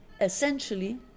essentially